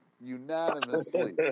Unanimously